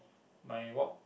my walk